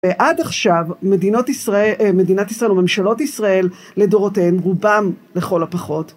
ועד עכשיו מדינת ישראל וממשלות ישראל לדורותיהן, רובן לכל הפחות,